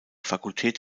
fakultät